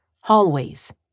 hallways